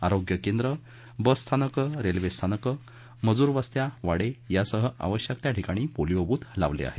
आरोग्य केंद्र बसस्थानकं रेल्वे स्थानकं मजुरवस्त्या वाडे यासह आवश्यक त्या ठिकाणी पोलिओ बूथ लावले आहेत